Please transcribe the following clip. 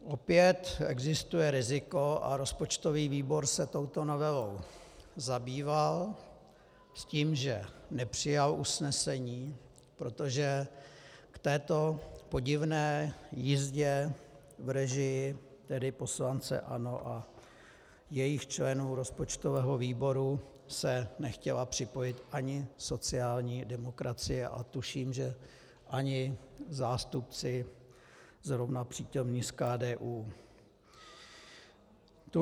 Opět existuje riziko, a rozpočtový výbor se touto novelou zabýval s tím, že nepřijal usnesení, protože v této podivné jízdě v režii poslance ANO a jejich členů rozpočtového výboru se nechtěla připojit ani sociální demokracie a tuším, že ani zástupci zrovna přítomní z KDU.